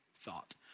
thought